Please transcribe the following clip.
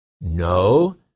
No